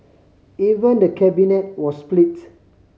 even the Cabinet was splits